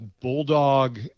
bulldog